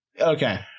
Okay